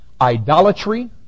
idolatry